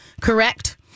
correct